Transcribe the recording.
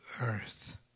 earth